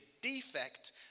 defect